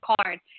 card